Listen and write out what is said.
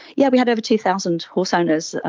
yeah we had over two thousand horse owners,